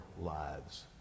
lives